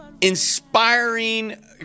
inspiring